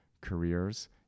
careers